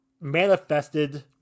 manifested